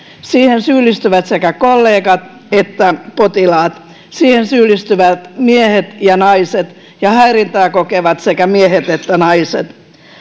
siihen syyllistyvät sekä kollegat että potilaat siihen syyllistyvät miehet ja naiset ja häirintää kokevat sekä miehet että naiset